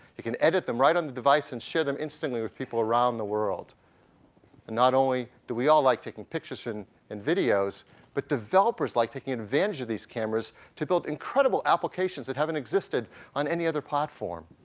you can edit them right on the device and share them instantly with people around the world. and not only do we all like taking pictures and and videos but developers like taking advantage of these cameras to build incredible applications that haven't existed on any other platform,